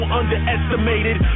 underestimated